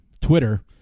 twitter